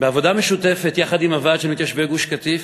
בעבודה משותפת עם ועד מתיישבי גוש-קטיף.